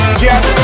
yes